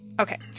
Okay